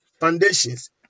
foundations